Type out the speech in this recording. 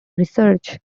research